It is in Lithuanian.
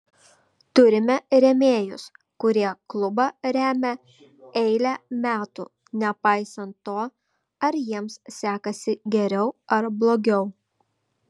turime rėmėjus kurie klubą remia eilę metų nepaisant to ar jiems sekasi geriau ar blogiau